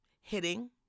hitting